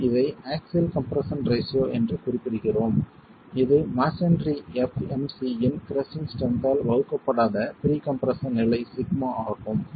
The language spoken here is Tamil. நாம் இதை ஆக்ஸில் கம்ப்ரஸன் ரேஷியோ என்று குறிப்பிடுகிறோம் இது மஸோன்றி fmc இன் கிரஸ்ஸிங் ஸ்ட்ரென்த் ஆல் வகுக்கப்படாத ப்ரீ கம்ப்ரெஸ்ஸன் நிலை சிக்மா ஆகும்